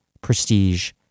prestige